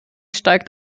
steigt